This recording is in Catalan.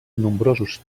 nombrosos